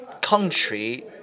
country